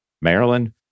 Maryland